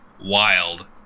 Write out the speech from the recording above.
wild